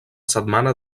setmana